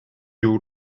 you